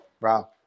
Wow